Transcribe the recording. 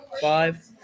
Five